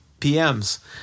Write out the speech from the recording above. PMs